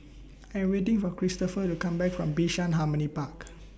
I Am waiting For Christopher to Come Back from Bishan Harmony Park